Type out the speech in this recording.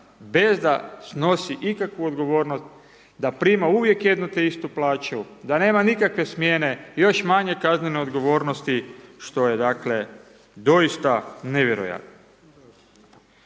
bez da snosi ikakvu odgovornost, da prima uvijek jednu te istu plaću, da nema nikakve smjene, još manje kaznene odgovornosti što je dakle, doista nevjerojatno.